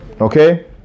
Okay